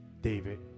David